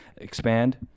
expand